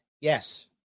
Yes